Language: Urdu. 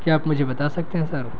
کیا آپ مجھے بتا سکتے ہیں سر